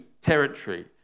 territory